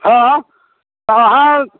हँ अहाँ